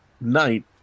night